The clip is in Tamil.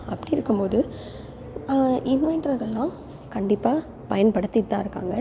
அப்படி இருக்கும் போது இன்வெண்ட்டர்கள்லாம் கண்டிப்பாக பயன்படுத்திட்டு தான் இருக்காங்க